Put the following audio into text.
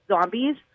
zombies